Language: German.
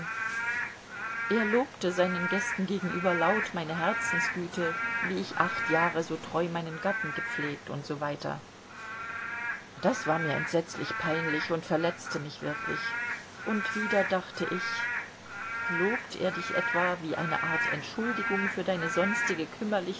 er lobte seinen gästen gegenüber laut meine herzensgüte wie ich acht jahre so treu meinen gatten gepflegt u s w das war mir entsetzlich peinlich und verletzte mich wirklich und wieder dachte ich lobt er dich etwa wie eine art entschuldigung für deine sonstige